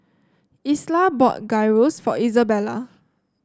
Isla bought Gyros for Izabella